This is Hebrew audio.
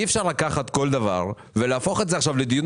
אי-אפשר לקחת כל דבר ולהפוך אותו לדיון